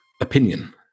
opinion